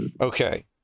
Okay